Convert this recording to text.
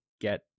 get